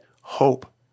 hope